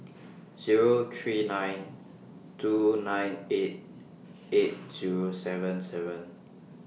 Zero three nine two nine eight eight Zero seven seven